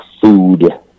food